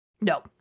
no